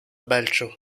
belgio